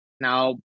now